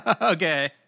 Okay